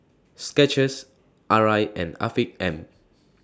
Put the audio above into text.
Skechers Arai and Afiq M